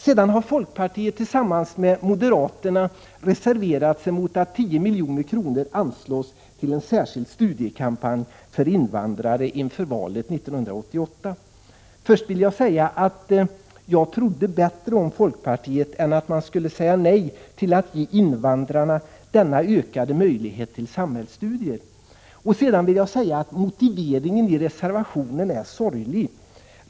Sedan har folkpartiet tillsammans med moderaterna reserverat sig emot att 10 milj.kr. anslås till en särskild studiekampanj för invandrare inför valet 1988. Först vill jag säga att jag trodde bättre om folkpartiet än att man skulle säga nej till att ge invandrarna denna ökade möjlighet till samhällsstudier. Sedan vill jag säga att motiveringen i reservationen är sorglig.